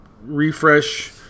refresh